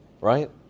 Right